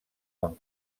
quan